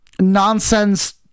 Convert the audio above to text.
Nonsense